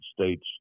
States